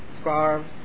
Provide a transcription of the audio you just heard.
scarves